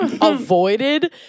avoided